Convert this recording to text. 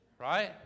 Right